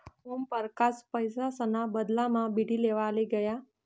ओमपरकास पैसासना बदलामा बीडी लेवाले गया